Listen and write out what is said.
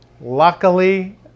luckily